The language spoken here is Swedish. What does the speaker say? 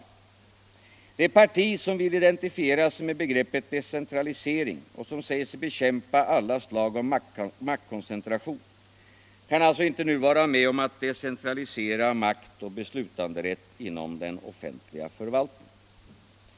Det parti som vill identifiera sig med begreppet decentralisering och som säger sig bekämpa alla slag av maktkoncentration kan alltså inte nu vara med om att decentralisera makt och beslutanderätt inom den offentliga förvaltningen.